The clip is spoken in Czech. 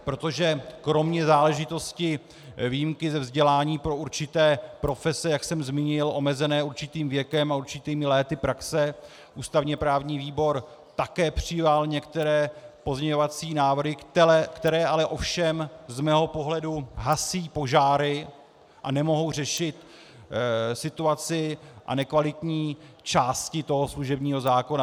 Protože kromě záležitosti výjimky ze vzdělání pro určité profese, jak jsem zmínil, omezené určitým věkem a určitými léty praxe, ústavněprávní výbor také přijal některé pozměňovací návrhy, které ale ovšem z mého pohledu hasí požáry a nemohou řešit situaci a nekvalitní části toho služebního zákona.